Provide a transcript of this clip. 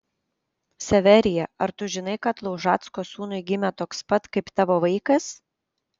severija ar tu žinai kad laužacko sūnui gimė toks pat kaip tavo vaikas